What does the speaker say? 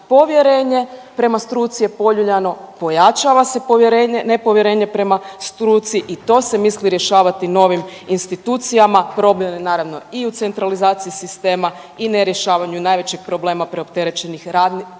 povjerenje prema struci je poljuljano, pojačava se nepovjerenje prema struci i to se misli rješavati novim institucijama. Problem je naravno i u centralizaciji sistema i ne rješavanju najvećih problema preopterećenosti radnika